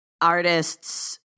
artists